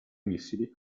missili